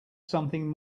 something